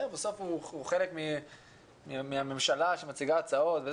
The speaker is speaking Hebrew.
בסוף הוא חלק מהממשלה שמציעה הצעות.